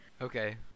okay